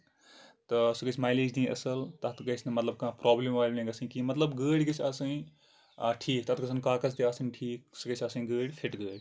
تہٕ سۄ گژھِ مایلیج دِنۍ اَصٕل تَتھ گژھِ نہٕ مطلب کانٛہہ برابلِم وابلِم گژھِنۍ کیٚنٛہہ مطلب گٲڑۍ گژھِ آسٕںۍ ٹھیٖک تَتھ گژھن کاغز تہِ آسٕنۍ ٹھیٖک سۄ گژھِ آسٕنۍ گٲڑۍ فِٹ گٲڑ